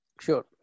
Sure